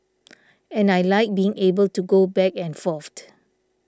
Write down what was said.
and I like being able to go back and forth